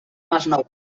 masnou